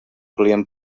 client